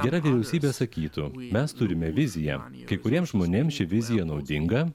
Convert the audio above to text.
gera vyriausybė sakytų mes turime viziją kai kuriems žmonėms ši vizija naudinga